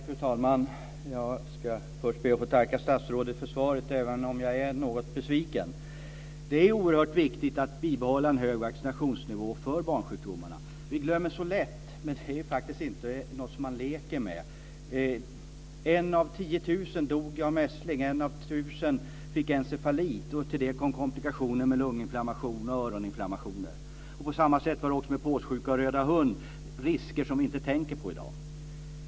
Fru talman! Jag ska först be att få tacka statsrådet för svaret, även om jag är något besviken. Det är oerhört viktigt att bibehålla en hög vaccinationsnivå för barnsjukdomarna. Vi glömmer så lätt, men det är faktiskt inte något som man leker med. 1 av 10 000 dog av mässling. 1 av 1 000 fick encefalit, och till det kom komplikationer med lunginflammation och öroninflammationer. På samma sätt var det med påssjuka och röda hund - risker som vi inte tänker på i dag.